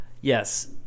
Yes